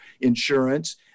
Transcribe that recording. insurance